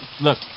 look